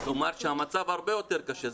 כלומר שהמצב הרבה יותר קשה.